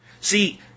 See